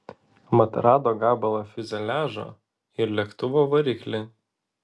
mat rado gabalą fiuzeliažo ir lėktuvo variklį